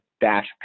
dash